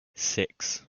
six